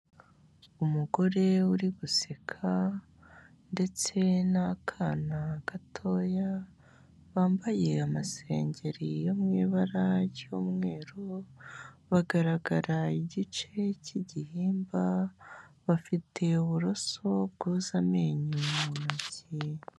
Umugore uri guseka ndetse n'akana gatoya, bambaye amasengeri yo mu ibara ry'umweru, bagaragara igice cy'igihimba, bafite uburoso bwoza amenyo mu ntoki.